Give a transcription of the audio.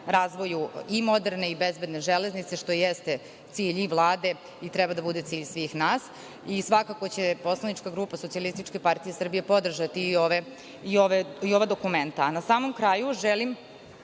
razvoju i moderne i bezbedne železnice, što jeste cilj i Vlade i treba da bude cilj svih nas. Svakako će poslanička grupa SPS podržati i ova dokumenta, a na samom kraju želim